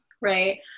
right